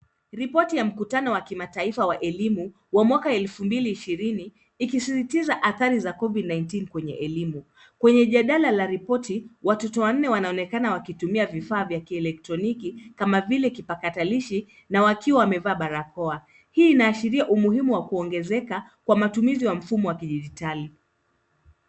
Ripoti ya mkutano wa kimataifa wa elimu wa mwaka elfu mbili ishirini ikisisitiza athari za Covid 19 kwenye elimu. Kwenye jadala la ripoti, watoto wanne wanaonekana wakitumia vifaa vya kielektroniki kama vile kipakatalishi na wakiwa wamevaa barakoa. Hii inaashiria umuhimu wa kuongezeka kwa matumizi wa mfumo wa kidijitali.